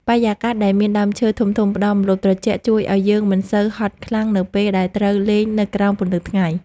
បរិយាកាសដែលមានដើមឈើធំៗផ្ដល់ម្លប់ត្រជាក់ជួយឱ្យយើងមិនសូវហត់ខ្លាំងនៅពេលដែលត្រូវលេងនៅក្រោមពន្លឺថ្ងៃ។